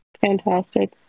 fantastic